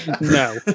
No